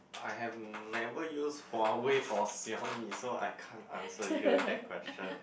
I have never use Huawei or Xiaomi so I can't answer you that question